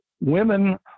women